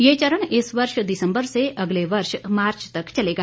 यह चरण इस वर्ष दिसंबर से अगले वर्ष मार्च तक चलेगा